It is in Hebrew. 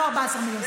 לא 14 מיליון.